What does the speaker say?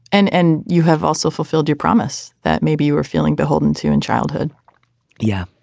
and and you have also fulfilled your promise that maybe you are feeling beholden to in childhood yeah.